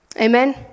Amen